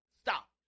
stop